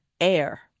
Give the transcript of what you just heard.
Air